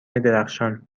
درخشان